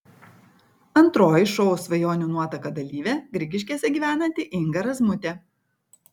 antroji šou svajonių nuotaka dalyvė grigiškėse gyvenanti inga razmutė